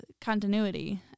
continuity